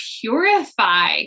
purify